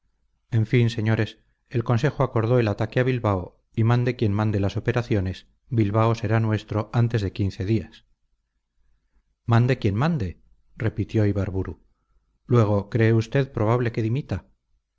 en fin señores el consejo acordó el ataque a bilbao y mande quien mande las operaciones bilbao será nuestro antes de quince días mande quien mande repitió ibarburu luego cree usted probable que dimita